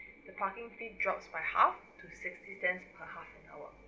the parking fee drops by half to sixty cents per half an hour